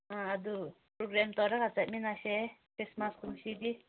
ꯑꯥ ꯑꯗꯨ ꯄ꯭ꯔꯨꯕꯦꯜ ꯇꯧꯔꯒ ꯆꯠꯃꯤꯟꯅꯁꯦ ꯈ꯭ꯔꯤꯁꯃꯥꯁ ꯀꯨꯝꯁꯤꯗꯤ